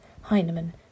Heinemann